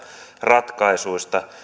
ratkaisuista